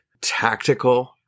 tactical